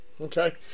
Okay